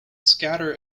scatter